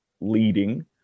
leading